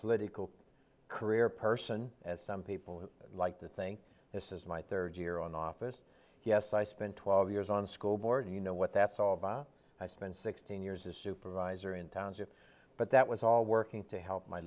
political career person as some people like to think this is my third year on office yes i spent twelve years on the school board you know what that's all about i spent sixteen years as a supervisor in township but that was all working to help my